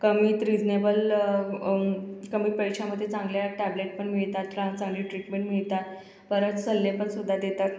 कमीत रिजनेबल कमी पैशामध्ये चांगल्या टॅब्लेट पण मिळतात छान चांगली ट्रीटमेंट मिळतात परत सल्लेपण सुद्धा देतात